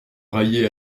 railler